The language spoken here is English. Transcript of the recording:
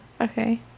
Okay